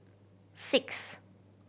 six